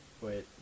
Wait